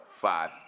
Five